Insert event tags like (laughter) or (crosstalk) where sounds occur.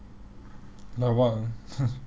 like what (laughs)